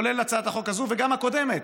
כולל הצעת החוק הזאת וגם הקודמת,